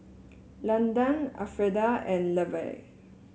Landan Alfreda and Levar